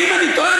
ואם אני טועה,